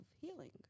healing